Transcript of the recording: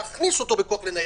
להכניס אותו בכוח לניידת,